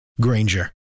Granger